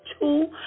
two